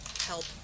help